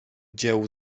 dziełu